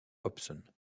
hobson